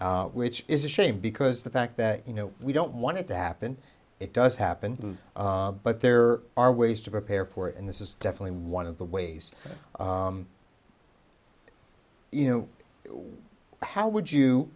death which is a shame because the fact that you know we don't want it to happen it does happen but there are ways to prepare for it and this is definitely one of the ways you know what how would you